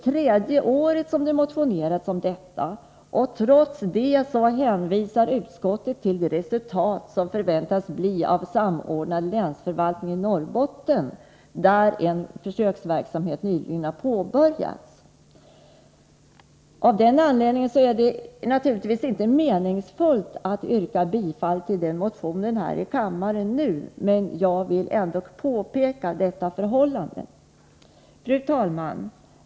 Trots att vi har motionerat om detta i tre år hänvisar utskottet till det resultat som förväntas att man skall uppnå genom en samordnad länsförvaltning i Norrbotten, där en försöksverksamhet nyligen har påbörjats. Av denna anledning är det naturligtvis inte meningsfullt att här i kammaren yrka bifall till motionen, men jag har ändå velat göra dessa påpekanden. Fru talman!